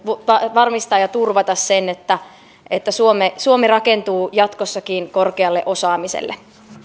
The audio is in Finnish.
varmistaa ja turvata sen että että suomi suomi rakentuu jatkossakin korkealle osaamiselle